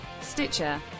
Stitcher